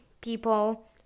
people